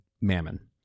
Mammon